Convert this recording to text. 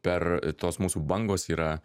per tos mūsų bangos yra